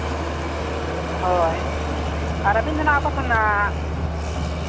ᱦᱳᱭ ᱟᱹᱵᱤᱱ ᱫᱚᱦᱟᱸᱜ ᱚᱠᱟ ᱠᱷᱚᱱᱟᱜ